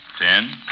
ten